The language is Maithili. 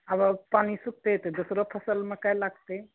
अगर पानि सुखतै तऽ दोसरो फसल मकइ लगतै